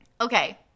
okay